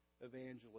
evangelist